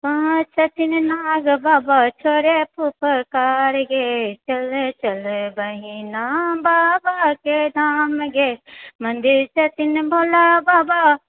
कहाँ छथिन नाग बाबा छोड़ै फुफकार ये चलऽ चलऽ बहिना बाबाके धाम ये मन्दिर छथिन भोला बाबा